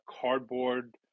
cardboard